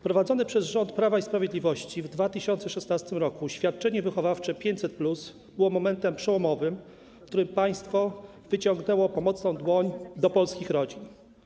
Wprowadzone przez rząd Prawa i Sprawiedliwości w 2016 r. świadczenie wychowawcze 500+ było momentem przełomowym, w którym państwo wyciągnęło pomocną dłoń do polskich rodzin.